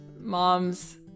moms